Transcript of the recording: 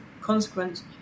consequence